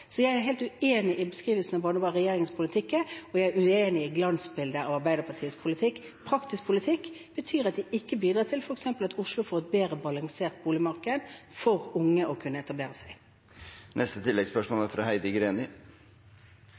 Så jeg er helt uenig i beskrivelsen av hva regjeringens politikk er, og jeg er uenig i glansbildet av Arbeiderpartiets politikk. Praktisk politikk betyr at det ikke bidrar til f.eks. at Oslo får et bedre balansert boligmarked for unge å kunne etablere seg i. Heidi Greni – til oppfølgingsspørsmål. Mangel på nybygging er